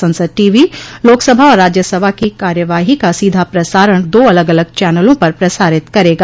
संसद टीवी लोक सभा और राज्य सभा की कार्यवाही का सीधा प्रसारण दो अलग अलग चनलों पर प्रसारित करेगा